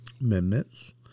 Amendments